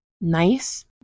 nice